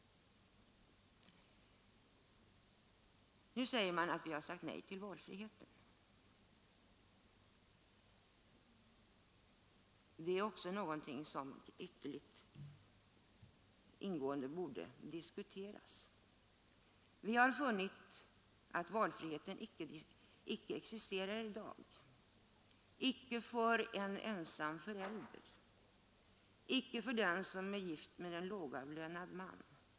Nu säger man att vi har sagt nej till valfriheten. Det är också någonting som ytterligt ingående borde diskuteras. Vi har funnit att valfriheten icke existerar i dag t.ex. för en ensam förälder eller för en kvinna som är gift med en lågavlönad man.